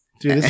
Dude